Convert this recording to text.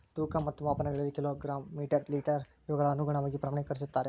ತೂಕ ಮತ್ತು ಮಾಪನಗಳಲ್ಲಿ ಕಿಲೋ ಗ್ರಾಮ್ ಮೇಟರ್ ಲೇಟರ್ ಇವುಗಳ ಅನುಗುಣವಾಗಿ ಪ್ರಮಾಣಕರಿಸುತ್ತಾರೆ